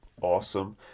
Awesome